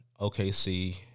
OKC